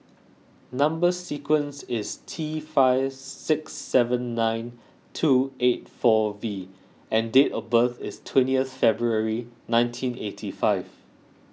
Number Sequence is T five six seven nine two eight four V and date of birth is twentieth February nineteen eighty five